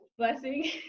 Blessing